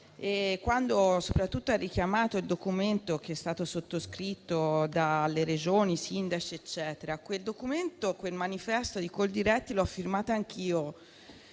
quando ha richiamato il documento che è stato sottoscritto dalle Regioni, dai sindaci, eccetera. Quel documento, quel manifesto di Coldiretti l'ho firmato anche